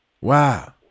Wow